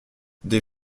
des